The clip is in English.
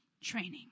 Training